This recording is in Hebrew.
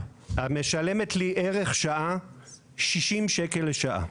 משלמת לי ערך שעה של 60 שקל לשעה,